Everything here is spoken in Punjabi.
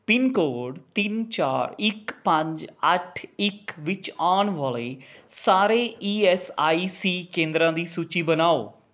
ਪਿੰਨਕੋਡ ਤਿੰਨ ਚਾਰ ਇੱਕ ਪੰਜ ਅੱਠ ਇੱਕ ਵਿੱਚ ਆਉਣ ਵਾਲੇ ਸਾਰੇ ਈ ਐੱਸ ਆਈ ਸੀ ਕੇਂਦਰਾਂ ਦੀ ਸੂਚੀ ਬਣਾਓ